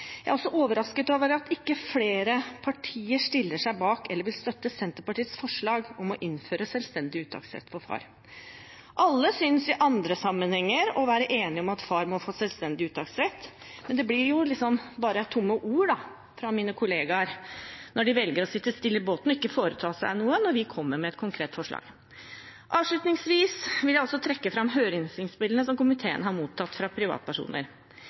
Jeg er også overrasket over at ikke flere partier stiller seg bak eller vil støtte Senterpartiets forslag om å innføre selvstendig uttaksrett for far. Alle synes i andre sammenhenger å være enige om at far må få selvstendig uttaksrett, men det blir bare tomme ord fra mine kollegaer når de velger å sitte stille i båten og ikke foreta seg noe når vi kommer med et konkret forslag. Avslutningsvis vil jeg trekke fram høringsinnspillene som komiteen har mottatt fra privatpersoner.